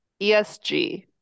ESG